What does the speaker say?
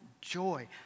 joy